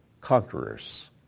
conquerors